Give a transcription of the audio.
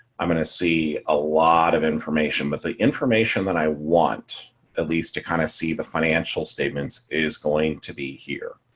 i'm going to see a lot of information, but the information that i want at least to kind of see the financial statements is going to be here.